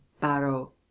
baro